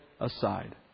aside